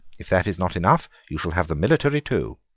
if that is not enough, you shall have the military too.